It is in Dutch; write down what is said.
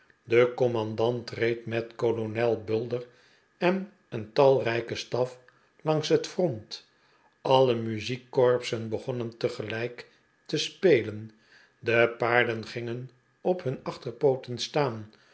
de commandant reed met kolonel bulder en een talrijken staf langs het front alle muziekkorpsen begonnen tegelijk te spelen de paarden gingen op hun achterpooten staan